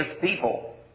people